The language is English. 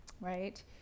right